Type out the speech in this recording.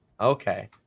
Okay